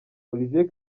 olivier